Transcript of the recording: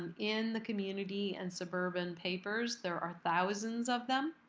and in the community and suburban papers. there are thousands of them.